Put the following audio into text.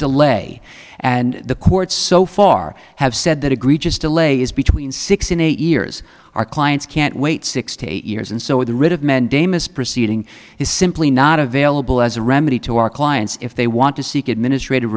delay and the courts so far have said that egregious delay is between six and eight years our clients can't wait six to eight years and so the writ of mandamus proceeding is simply not available as a remedy to our clients if they want to seek administrative